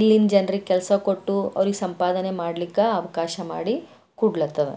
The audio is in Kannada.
ಇಲ್ಲಿನ ಜನ್ರಿಗೆ ಕೆಲಸ ಕೊಟ್ಟು ಅವ್ರಿಗೆ ಸಂಪಾದನೆ ಮಾಡ್ಲಿಕ್ಕೆ ಅವಕಾಶ ಮಾಡಿ ಕೊಡ್ಲತ್ತದ